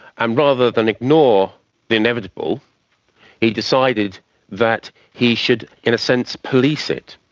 and rather than ignore the inevitable he decided that he should, in a sense, police it.